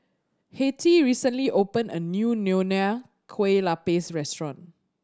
Hattie recently opened a new Nonya Kueh Lapis restaurant